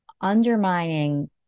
undermining